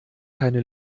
keine